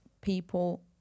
people